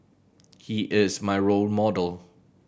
he is my role model